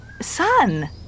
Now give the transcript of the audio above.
sun